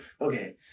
okay